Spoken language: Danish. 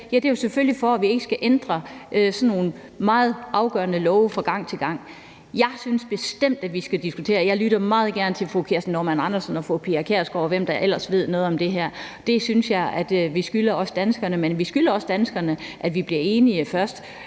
Det er jo selvfølgelig, for at vi ikke skal ændre meget afgørende love fra gang til gang. Jeg synes bestemt, at vi skal diskutere det, og jeg lytter meget gerne til fru Kirsten Normann Andersen og fru Pia Kjærsgaard, og hvem der ellers ved noget om det her. Det synes jeg også at vi skylder danskerne, men vi skylder også danskerne, at vi bliver enige først,